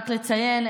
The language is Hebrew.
רק לציין,